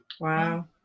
Wow